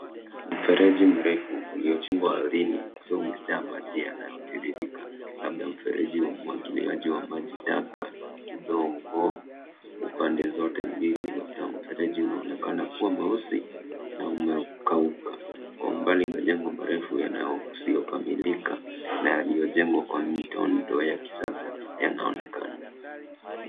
Mfereji mrefu uliochimbwa ardhini ukiwa umejaa maji yanayotiririka labda mfereji wa umwagiliaji wa maji taka. Udongo upande zote mbili za mfereji unaonekana kuwa mweusi na umekauka. Kwa umbali majengo marefu yasiyokamilika na yaliyojengwa kwa mitindo ya kisasa yanaonekana.